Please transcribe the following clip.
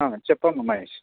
చెప్పమ్మా మహేష్